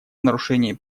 нарушение